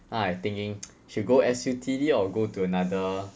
now I thinking should go S_U_T_D or go to another